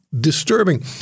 disturbing